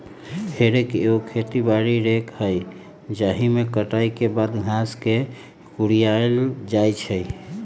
हे रेक एगो खेती बारी रेक हइ जाहिमे कटाई के बाद घास के कुरियायल जाइ छइ